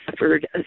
suffered